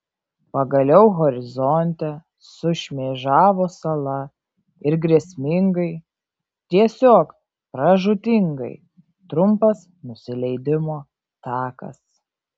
pagaliau horizonte sušmėžavo sala ir grėsmingai tiesiog pražūtingai trumpas nusileidimo takas